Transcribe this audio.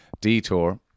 Detour